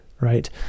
right